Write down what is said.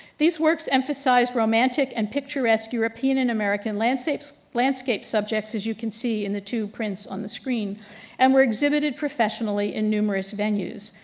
these works emphasize romantic and picturesque european and american landscape so landscape subjects, as you can see in the two prints on the screen and were exhibited professionally in numerous venues.